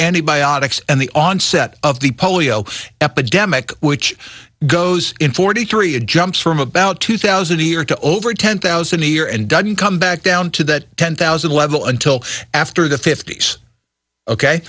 antibiotics and the onset of the polio epidemic which goes in forty three it jumps from about two thousand a year to over ten thousand a year and doesn't come back down to that ten thousand level until after the fifty's ok